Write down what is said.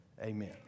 Amen